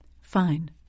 Fine